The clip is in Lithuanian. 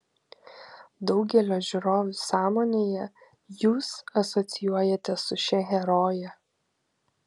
daugelio žiūrovų sąmonėje jūs asocijuojatės su šia heroje